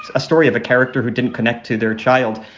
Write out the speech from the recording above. a story of a character who didn't connect to their child.